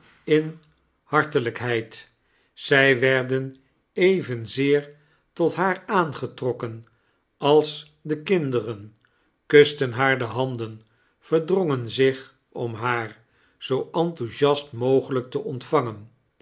in hartelijkheid zij werden evehzeer tot haar aangetrokken als de kinderen kusten haar de handen verdrongen zich om haar zoo enthousiast mogelijk te ontvangen